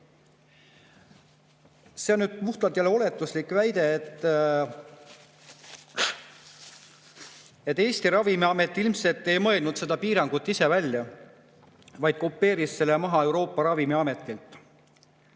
See on nüüd puhtalt jälle oletuslik väide, et Eesti Ravimiamet ilmselt ei mõelnud seda piirangut ise välja, vaid kopeeris selle Euroopa Ravimiametilt.